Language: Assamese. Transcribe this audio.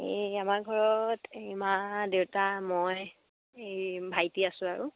এই আমাৰ ঘৰত এই মা দেউতা মই এই ভাইটি আছোঁ আৰু